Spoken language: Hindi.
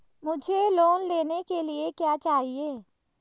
मुझे लोन लेने के लिए क्या चाहिए?